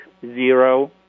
zero